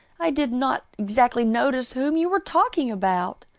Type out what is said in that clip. i did not exactly notice whom you were talking about.